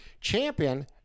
champion